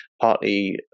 partly